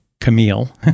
Camille